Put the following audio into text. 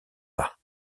pas